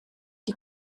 die